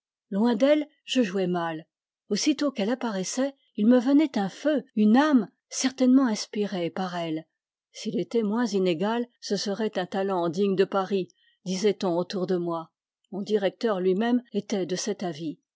loin d'elle je jouais mal aussitôt qu'elle apparaissait il me venait un feu une âme certainement inspirés par elle s'il était moins inégal ce serait un talent digne de paris disait-on autour de moi mon directeur lui-même était de cet avis